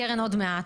הקרן עוד מעט,